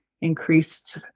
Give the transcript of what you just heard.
increased